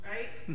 Right